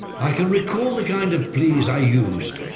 i can recall the kind of pleas i used,